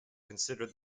considered